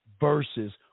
versus